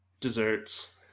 desserts